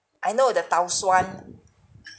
I know the tau suan